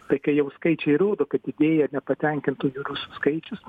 tai kai jau skaičiai rodo kad didėja nepatenkintųjų rusų skaičius